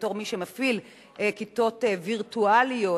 ובתור מי שמפעיל כיתות וירטואליות,